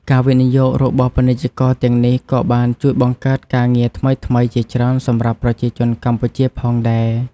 ការវិនិយោគរបស់ពាណិជ្ជករទាំងនេះក៏បានជួយបង្កើតការងារថ្មីៗជាច្រើនសម្រាប់ប្រជាជនកម្ពុជាផងដែរ។